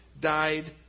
died